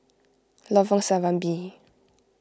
Lorong Serambi